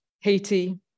Haiti